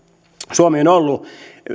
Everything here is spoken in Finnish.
suomi on ollut